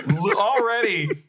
already